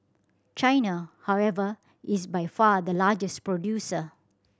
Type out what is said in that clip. China however is by far the largest producer